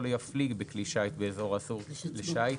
לא יפליג בכלי שיט באזור האסור לשיט,